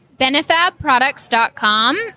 Benefabproducts.com